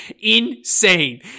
insane